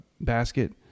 basket